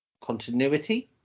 continuity